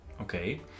Okay